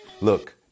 Look